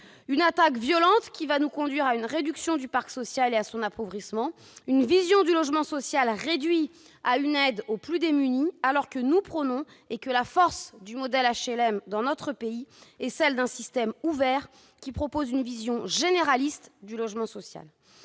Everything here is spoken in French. une attaque violente, qui va nous conduire à une réduction du parc social et à son appauvrissement. C'est une vision du logement social réduit à une aide aux plus démunis, alors que la force du modèle HLM en France est d'être un système ouvert qui propose une vision généraliste du logement social